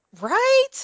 Right